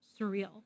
surreal